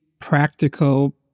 practical